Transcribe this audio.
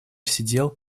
сидел